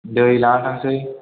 दै लाखानोसै